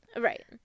right